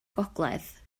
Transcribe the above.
gogledd